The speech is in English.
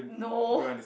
no